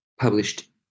published